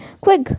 quick